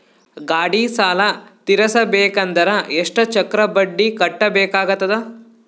ಗಾಡಿ ಸಾಲ ತಿರಸಬೇಕಂದರ ಎಷ್ಟ ಚಕ್ರ ಬಡ್ಡಿ ಕಟ್ಟಬೇಕಾಗತದ?